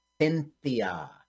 Cynthia